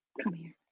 come here.